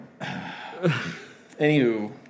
Anywho